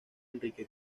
enrique